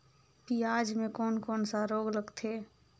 पियाज मे कोन कोन सा रोग लगथे?